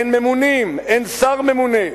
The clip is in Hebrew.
אין ממונים, אין שר ממונה.